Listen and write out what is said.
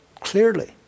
clearly